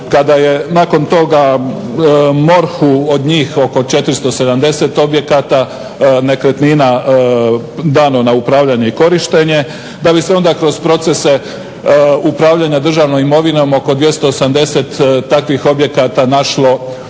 kada je nakon toga MORH-u od njih oko 470 objekata, nekretnina dano na upravljanje i korištenje, da bi se onda kroz procese upravljanja državnom imovinom oko 280 takvih objekata našlo